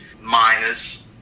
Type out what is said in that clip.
miners